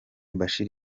bashir